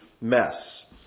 mess